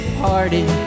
party